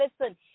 listen